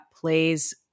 plays